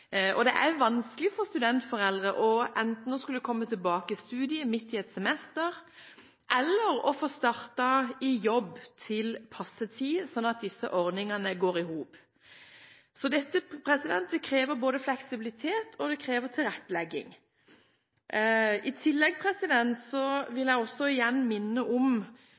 semesterinndelingene. Det er vanskelig for studentforeldre å komme tilbake til studiet midt i et semester eller å få startet i jobb til passe tid, slik at disse ordningene går i hop. Dette krever både fleksibilitet og tilrettelegging. I tillegg vil jeg igjen minne om